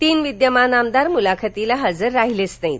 तीन विद्यमान आमदार मुलाखतीला हजर राहिलेच नाहीत